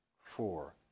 four